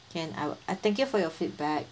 can I'll I thank you for your feedback